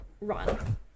run